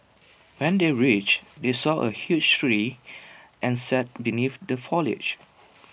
when they reached they saw A huge tree and sat beneath the foliage